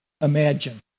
Imagine